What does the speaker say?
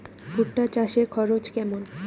ভুট্টা চাষে খরচ কেমন?